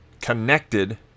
connected